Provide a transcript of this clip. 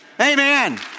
Amen